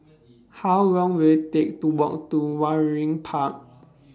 How Long Will IT Take to Walk to Waringin Park